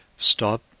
Stop